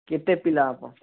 କେତେ ପିଲା ହେବ